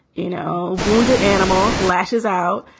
you know, wounded animal lashes out.